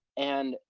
and,